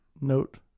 Note